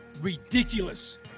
ridiculous